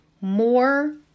more